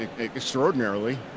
extraordinarily